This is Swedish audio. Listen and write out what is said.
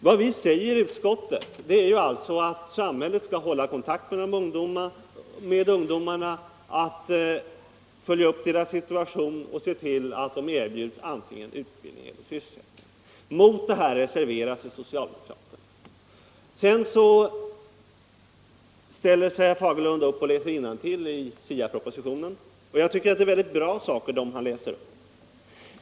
Vad vi säger i utskottsbetänkandet är ju att samhället skall hålla kontakt med ungdomarna, följa upp deras situation och se till att de erbjuds antingen utbildning eller sysselsättning. Mot det här reserverar sig socialdemokraterna. Sedan ställer sig herr Fagerlund upp och läser innantill ur det avsnitt av utskottsbetänkandet där det talas om SIA-propositionen. Jag tycker att det han läste upp är väldigt bra.